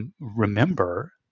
remember